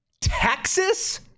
Texas